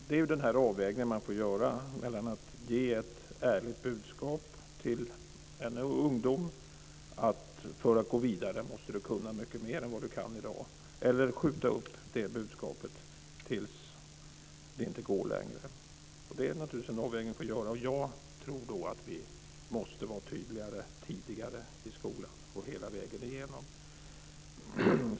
Det är den avvägningen man får göra - att ge en ung person det ärliga budskapet att för att gå vidare måste du kunna mycket mer än vad du kan i dag, eller att skjuta upp det budskapet tills det inte går längre. Jag tror att vi måste vara tydliga tidigare i skolan och hela vägen igenom.